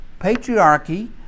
patriarchy